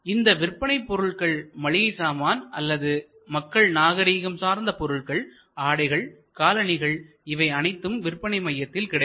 இந்த விற்பனை பொருட்கள் மளிகை சாமான்கள் அல்லது மக்கள் நாகரிகம் சார்ந்த பொருள்கள் ஆடைகள் காலணிகள் இவை அனைத்தும் விற்பனை மையத்தில் கிடைக்கும்